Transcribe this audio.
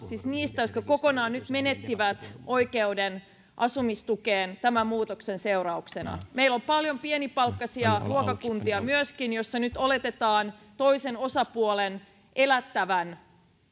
siis niistä jotka kokonaan nyt menettivät oikeuden asumistukeen tämän muutoksen seurauksena meillä on paljon pienipalkkaisia ruokakuntia myöskin joista nyt oletetaan toisen osapuolen elättävän